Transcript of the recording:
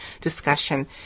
discussion